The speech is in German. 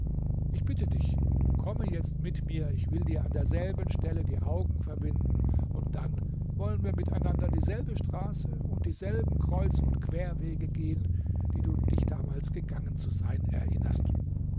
ich bitte dich komme jetzt mit mir ich will dir an derselben stelle die augen verbinden und dann wollen wir miteinander dieselbe straße und dieselben kreuz und querwege gehen die du dich damals gegangen zu sein erinnerst